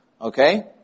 Okay